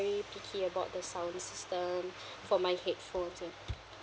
picky about the sound system for my headphones and